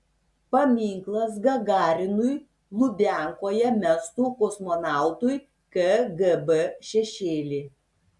paminklas gagarinui lubiankoje mestų kosmonautui kgb šešėlį